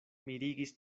mirigis